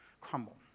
crumble